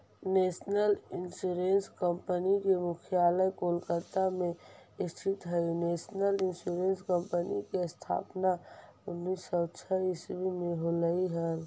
national insurance company के मुख्यालय कोलकाता में स्थित हइ नेशनल इंश्योरेंस कंपनी के स्थापना उन्नीस सौ छः ईसवी में होलई हल